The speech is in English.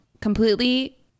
completely